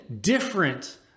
different